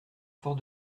fort